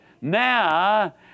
Now